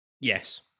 Yes